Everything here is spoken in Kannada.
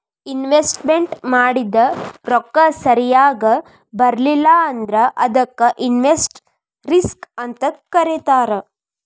ಇನ್ವೆಸ್ಟ್ಮೆನ್ಟ್ ಮಾಡಿದ್ ರೊಕ್ಕ ಸರಿಯಾಗ್ ಬರ್ಲಿಲ್ಲಾ ಅಂದ್ರ ಅದಕ್ಕ ಇನ್ವೆಸ್ಟ್ಮೆಟ್ ರಿಸ್ಕ್ ಅಂತ್ ಕರೇತಾರ